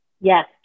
Yes